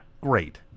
Great